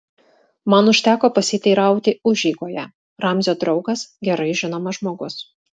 man užteko pasiteirauti užeigoje ramzio draugas gerai žinomas žmogus